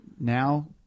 now